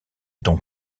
ton